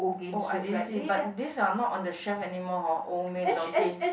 oh I didn't see but these are not on the shelf anymore hor Old-Maid Donkey